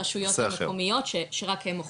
הרשויות המקומיות שרק הם אוכפים אותם.